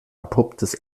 abruptes